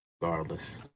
regardless